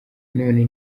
none